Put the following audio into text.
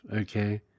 okay